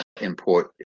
import